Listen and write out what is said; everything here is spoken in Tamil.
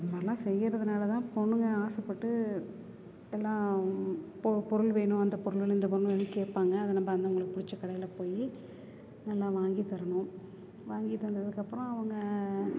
இதெல்லாம் செய்கிறதுனால தான் பொண்ணுங்கள் ஆசைப்பட்டு எல்லாம் போ பொருள் வேணும் அந்தப் பொருள் வேணும் இந்தப் பொருள் வேணும்னு கேட்பாங்க அதை நம்ம அவர்களுக்கு பிடிச்ச கடையில் போய் எல்லாம் வாங்கித் தரணும் வாங்கித் தந்ததுக்கப்புறம் அவங்கள்